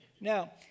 Now